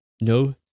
no